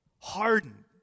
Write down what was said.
Harden